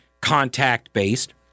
contact-based